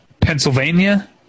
Pennsylvania